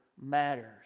matters